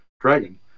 dragon